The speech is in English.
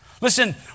Listen